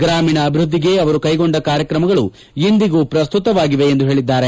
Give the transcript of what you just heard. ಗ್ರಾಮೀಣ ಅಭಿವ್ದದ್ಲಿಗೆ ಅವರು ಕ್ಷೆಗೊಂಡ ಕಾರ್ಯಕ್ರಮಗಳು ಇಂದಿಗೂ ಪ್ರಸ್ತುತವಾಗಿದೆ ಎಂದು ಹೇಳಿದ್ದಾರೆ